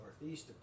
northeast